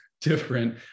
different